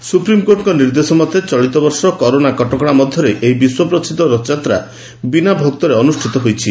ସ୍ଟପ୍ରିମକୋର୍ଟଙ୍କ ନିର୍ଦ୍ଦେଶ ମତେ ଚଳିତବର୍ଷ କରୋନା କଟକଶା ମଧ୍ଘରେ ଏହି ବିଶ୍ୱ ପ୍ରସିଦ୍ଧ ରଥଯାତ୍ରା ବିନା ଭକ୍ତରେ ଅନୁଷ୍ଷିତ ହୋଇଯାଇଛି